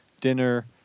dinner